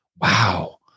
Wow